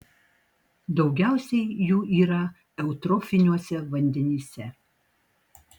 daugiausiai jų yra eutrofiniuose vandenyse